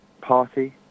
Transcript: party